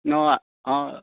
অঁ